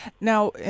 Now